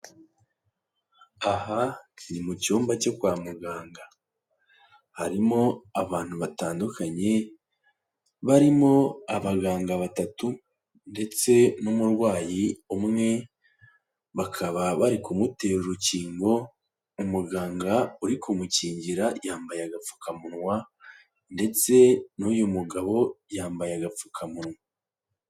Aha ni mu cyumba cyo kwa muganga. Harimo abantu batandukanye, barimo abaganga batatu ndetse n'umurwayi umwe, bakaba bari kumutera urukingo, umuganga uri kumukingira yambaye agapfukamunwa ndetse n'uyu mugabo, yambaye agapfukamunwa.